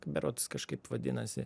berods kažkaip vadinasi